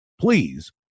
please